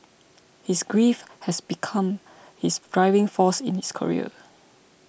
his grief had become his driving force in his career